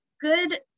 good